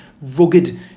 rugged